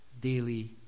daily